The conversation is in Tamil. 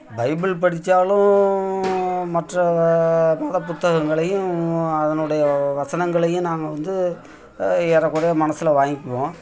பைபிள் படித்தாலும் மற்ற பாடப் புத்தகங்களையும் அதனுடைய வசனங்களையும் நாங்கள் வந்து ஏறக்குறைய மனசில் வாங்க்குவோம்